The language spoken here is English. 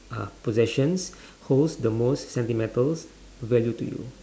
uh possessions holds the most sentimental value to you